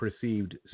Perceived